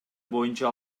боюнча